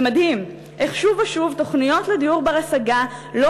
זה מדהים איך שוב ושוב תוכניות לדיור בר-השגה לא